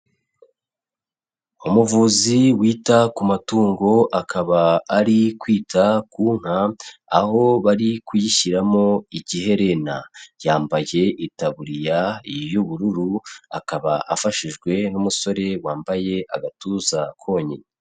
Umuvuzi wita ku matungo akaba ari kwita ku nka, aho bari kuyishyiramo igiherena, yambaye itaburiya y'ubururu akaba afashijwe n'umusore wambaye agatuza konyine.